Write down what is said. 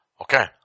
Okay